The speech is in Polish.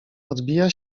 odbija